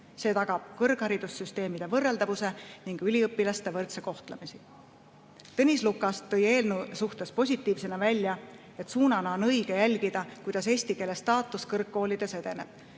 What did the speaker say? See tagab kõrgharidussüsteemide võrreldavuse ning üliõpilaste võrdse kohtlemise. Tõnis Lukas tõi eelnõu juures positiivsena välja, et õige suund on jälgida, kuidas eesti keele staatus kõrgkoolides edeneb.